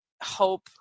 hope